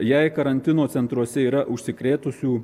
jei karantino centruose yra užsikrėtusių